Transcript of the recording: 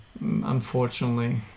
unfortunately